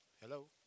Hello